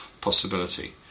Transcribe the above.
possibility